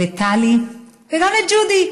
לטלי וגם לג'ודי,